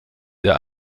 der